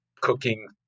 cooking